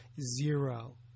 zero